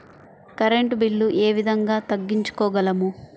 Current bill ఏ విధంగా తగ్గించుకోగలము?